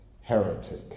heretic